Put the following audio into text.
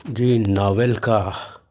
جی novel کا